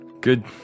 Good